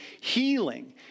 healing